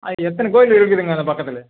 அ எத்தனை கோயில் இருக்குதுங்க அந்த பக்கத்தில்